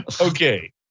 Okay